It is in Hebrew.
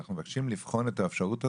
אנחנו מבקשים לבחון את האפשרות הזאת,